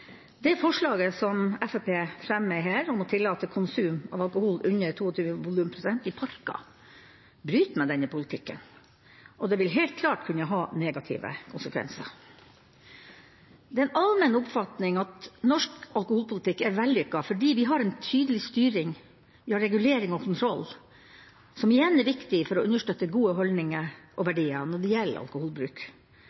Det forslaget som Fremskrittspartiet fremmer, om å tillate konsum av alkohol under 22 volumprosent i parker, bryter med denne politikken og vil helt klart kunne ha negative konsekvenser. Det er en allmenn oppfatning at norsk alkoholpolitikk er vellykket fordi vi har en tydelig styring, vi har regulering og kontroll, som igjen er viktig for å understøtte gode holdninger og